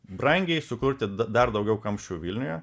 brangiai sukurti da dar daugiau kamščių vilniuje